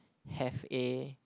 have a